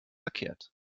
verkehrt